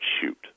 shoot